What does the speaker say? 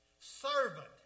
servant